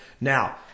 Now